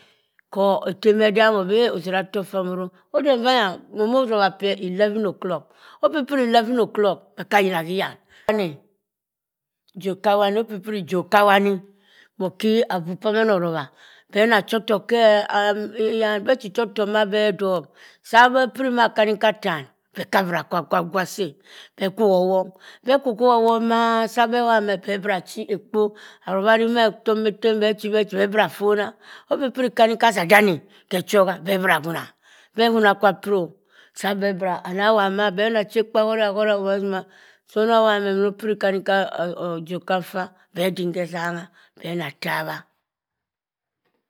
Hor etem edawioh bii eh oziratok pham oronghim. Odenvanya mona osobha ffeh eleven o’clock. Opipiri eleven o’clock, bakayina hyan. Bami ijob-khawani opipiri ijob-khawani mokii avuu p’amann orobha beh nachotok hyan. Beh chi chotok ma be dob, saa beh pipiri ma nkaningka atan bekabra kwa akwa gwasii eh. Bekwoha owong. Beh kwukwoha owong maa. Sabeh obri oham beh sabeh abra chi ekpo arirari metomma beh chi beh chi maa afona. Opipiri nkaningka asadani khe echoha beh bra ahuna. beh huna akwa piri o. Sabeh bra ana wobha maa beh nachekpo besima sa eneh wobha meh onopiri nkaningka job khaffa beh dim khesangha beh nah tabha.